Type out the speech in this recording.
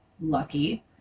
lucky